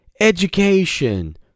education